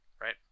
Right